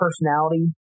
personality